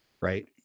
right